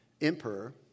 emperor